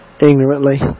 ignorantly